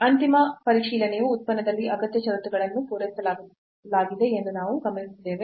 ಅಂತಿಮ ಪರಿಶೀಲನೆಯು ಉತ್ಪನ್ನದಲ್ಲಿ ಅಗತ್ಯ ಷರತ್ತುಗಳನ್ನು ಪೂರೈಸಲಾಗಿದೆ ಎಂದು ನಾವು ಗಮನಿಸಿದ್ದೇವೆ